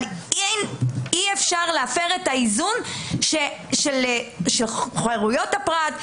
אבל אי אפשר להפר את האיזון של חירויות הפרט,